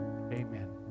Amen